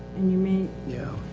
and you mean. yeah.